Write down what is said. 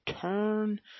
turn